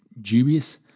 dubious